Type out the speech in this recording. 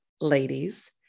ladies